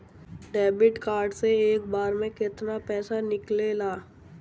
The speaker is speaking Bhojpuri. डेबिट कार्ड से एक बार मे केतना पैसा निकले ला?